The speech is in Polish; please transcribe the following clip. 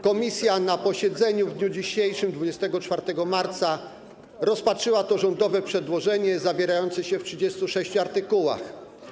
Komisja na posiedzeniu w dniu dzisiejszym, 24 marca, rozpatrzyła to rządowe przedłożenie zawierające się w 36 artykułach.